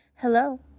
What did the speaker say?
Hello